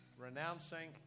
renouncing